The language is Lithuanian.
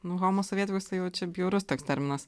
nu homosovietikus tai jau čia bjaurus toks terminas